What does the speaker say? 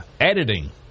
editing